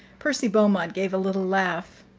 percy beaumont gave a little laugh.